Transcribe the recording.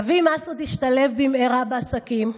אבי מסעוד השתלב במהרה בעסקים,